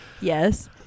Yes